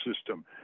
system